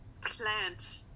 plant